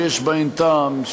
שיש בהן טעם,